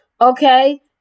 Okay